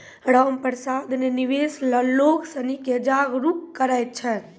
रामप्रसाद ने निवेश ल लोग सिनी के जागरूक करय छै